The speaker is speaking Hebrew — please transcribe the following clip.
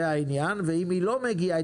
ואם היא לא מגיעה,